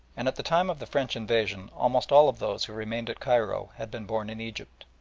and at the time of the french invasion, almost all of those who remained at cairo had been born in egypt.